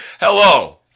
Hello